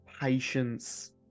patience